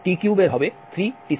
t3 এর হবে 3 t2